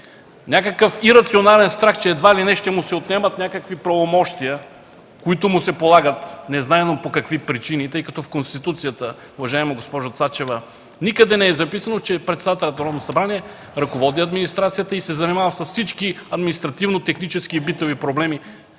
Някакъв ирационален страх, че едва ли не ще му се отнемат правомощия, които му се полагат незнайно по какви причини, тъй като в Конституцията, уважаема госпожо Цачева, никъде не е записано, че председателят на Народното събрание ръководи администрацията и се занимава с всички административно-технически и битови проблеми